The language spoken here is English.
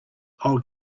old